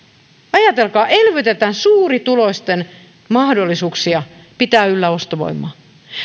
ajatelkaa elvytetään suurituloisten mahdollisuuksia pitää yllä ostovoimaa